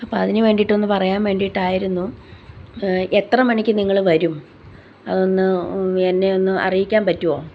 അപ്പം അതിന് വേണ്ടിയിട്ടൊന്ന് പറയാൻ വേണ്ടിയിട്ടായിരുന്നു എത്ര മണിക്ക് നിങ്ങൾ വരും അതൊന്ന് എന്നെ ഒന്ന് അറിയിക്കാൻ പറ്റുമോ